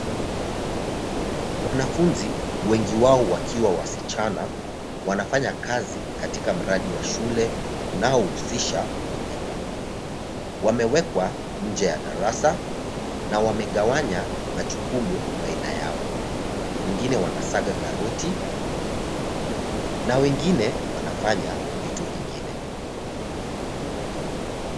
Wanafunzi wengi wao wakiwa wasichana wanafanya kazi katika mradi wa shule unaohusisha kupika. Wamewekwa nje ya darasa na wamegawanya majukumu baina yao, wengine wanasaga karoti na wengine wanafanya vitu vingine.